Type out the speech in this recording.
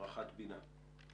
רח"ט בינה.